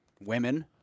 women